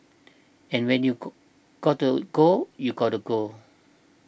and when you got gotta go you gotta go